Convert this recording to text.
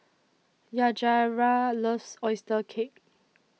Yajaira loves Oyster Cake